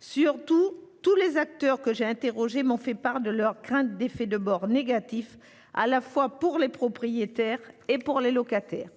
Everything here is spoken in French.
Surtout, tous les acteurs que j'ai interrogés m'ont fait part de leurs craintes quant à des effets de bord négatifs, à la fois pour les propriétaires et pour les locataires.